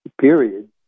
period